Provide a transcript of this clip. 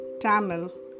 Tamil